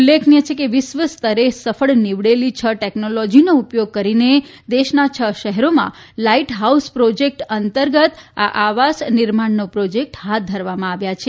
ઉલ્લેખનીય છે કે વિશ્વસ્તરે સફળ નીવડેલી છ ટેકનોલોજીનો ઉપયોગ કરીને દેશના છ શહેરોમાં લાઇટ હાઉસ પ્રોજેક્ટ હેઠળ આ આવાસ નિર્માણના પ્રોજેક્ટ હાથ ધરવામાં આવ્યા છે